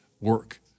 work